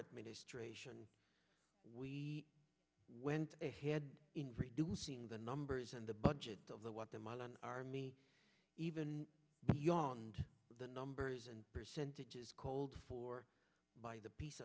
administration we went ahead in reducing the numbers and the budget of the what the modern army even beyond the numbers and percentages called for by the peace